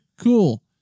Cool